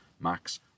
Max